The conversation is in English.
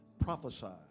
prophesied